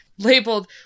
labeled